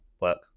work